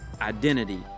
identity